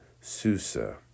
Susa